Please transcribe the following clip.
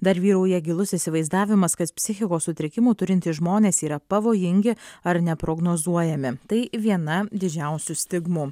dar vyrauja gilus įsivaizdavimas kad psichikos sutrikimų turintys žmonės yra pavojingi ar neprognozuojami tai viena didžiausių stigmų